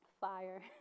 fire